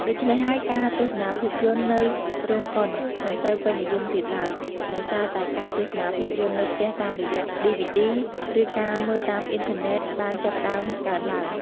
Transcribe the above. ដូច្នេះហើយ ការទស្សនាភាពយន្តនៅរោងកុនមិនសូវពេញនិយមទៀតឡើយ ដោយសារតែការទស្សនាភាពយន្តនៅផ្ទះតាមរយៈឌីវីឌី ឬការមើលតាមអ៊ីនធឺណេតបានចាប់ផ្ដើមកើនឡើង។